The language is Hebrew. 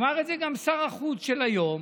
אמר את זה גם שר החוץ של היום,